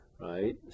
right